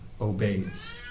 obeys